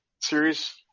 series